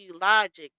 logic